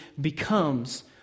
becomes